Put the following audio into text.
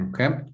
okay